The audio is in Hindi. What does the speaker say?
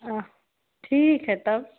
हाँ ठीक है तब